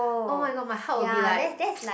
oh-my-god my heart will be like